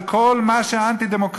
של כל מה שאנטי-דמוקרטי.